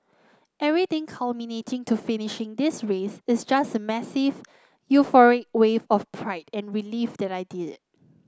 everything culminating to finishing this race is just a massive euphoric wave of pride and relief that I did it